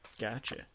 gotcha